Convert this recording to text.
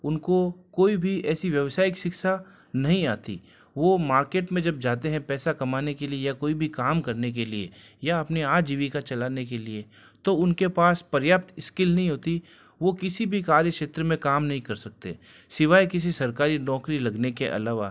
उनको कोई भी ऐसी व्यावसायिक शिक्षा नहीं आती वो मार्केट में जब जाते हैं पैसा कमाने के लिए या कोई भी काम करने के लिए या अपने आजीविका चलाने के लिए तो उनके पास पर्याप्त स्किल नहीं होती वो किसी भी कार्य क्षेत्र में काम नहीं कर सकते सिवाय किसी सरकारी नौकरी लगने के अलावा